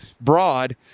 broad